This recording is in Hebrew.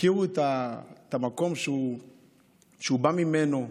הכירו את המקום שהוא בא ממנו,